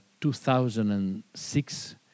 2006